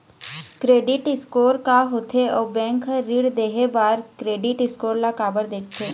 Credit score का होथे अउ बैंक हर ऋण देहे बार क्रेडिट स्कोर ला काबर देखते?